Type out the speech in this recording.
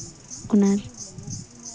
ᱚᱱᱟ